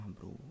bro